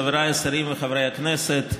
חבריי השרים וחברי הכנסת,